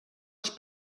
els